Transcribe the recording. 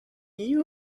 you